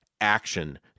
action